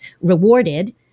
rewarded